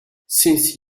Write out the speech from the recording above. since